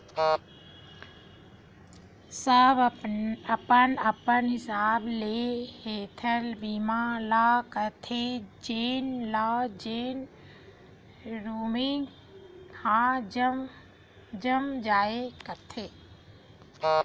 सब अपन अपन हिसाब ले हेल्थ बीमा ल लेथे जेन ल जेन स्कीम ह जम जाय करथे